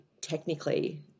technically